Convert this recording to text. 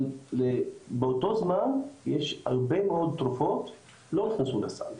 אבל באותו זמן יש הרבה מאוד תרופות שלא נכנסו לסל.